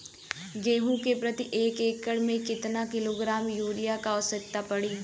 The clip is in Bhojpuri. गेहूँ के प्रति एक एकड़ में कितना किलोग्राम युरिया क आवश्यकता पड़ी?